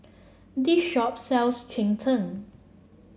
this shop sells Cheng Tng